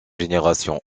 génération